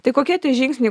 tai kokie tie žingsniai